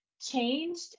changed